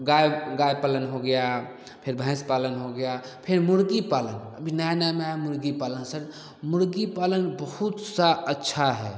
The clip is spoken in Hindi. गाय गाय पालन हो गया फिर भैंस पालन हो गया फिर मुर्गी पालन अभी नया नया में आया है मुर्गी पालन मुर्गी पालन बहुत सा अच्छा है